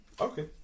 Okay